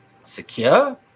secure